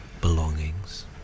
belongings